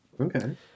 Okay